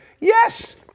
yes